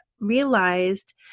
realized